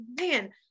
man